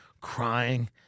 crying